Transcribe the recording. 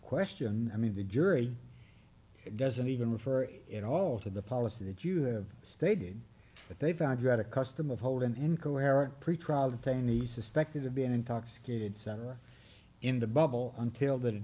question i mean the jury doesn't even refer at all to the policy that you have stated but they found dred a custom of hold and incoherent pretrial detainees suspected of being intoxicated center in the bubble until the